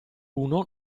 uno